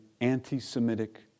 anti-Semitic